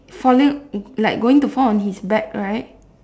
falling like going to fall on his back right